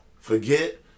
Forget